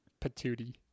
Patootie